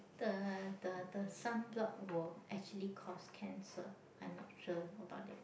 the the the sunblock will actually cause cancer I'm not sure about that